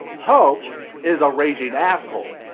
hope is a raging asshole,